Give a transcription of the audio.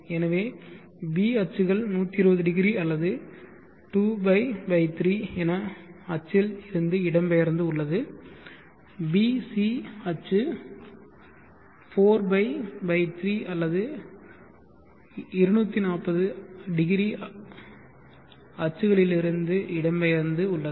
எனவே b அச்சுகள் 1200 அல்லது 2π 3 என அச்சில் இருந்து இடம்பெயர்ந்து உள்ளது b c அச்சு 4π 3 அல்லது 2400 அச்சுகளிலிருந்து இடம்பெயர்ந்து உள்ளது